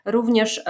Również